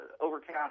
overcast